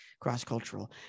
cross-cultural